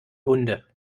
hunde